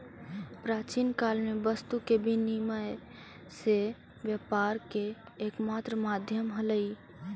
प्राचीन काल में वस्तु विनिमय से व्यापार के एकमात्र माध्यम हलइ